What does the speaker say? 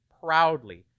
proudly